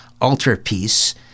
Altarpiece